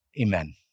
amen